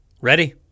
ready